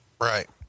Right